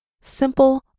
simple